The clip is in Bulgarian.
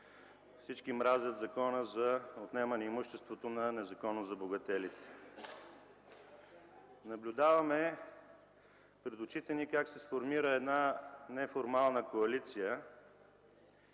„Всички мразят Закона за отнемане имуществото на незаконно забогателите”. Наблюдаваме пред очите ни как се сформира една неформална коалиция